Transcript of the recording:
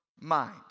mind